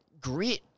grit